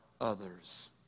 others